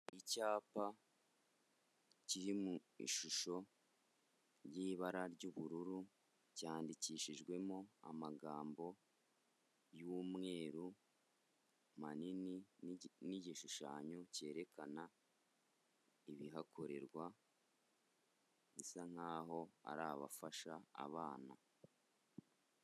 Icyapa kiri mu ishusho y'ibara ry'ubururu, cyandikishijwemo amagambo y'umweru manini n'igishushanyo cyerekana ibihakorerwa, bisa nk'aho ari abafasha abana.